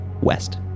west